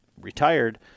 retired